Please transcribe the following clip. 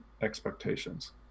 expectations